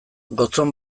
gotzon